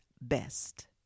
best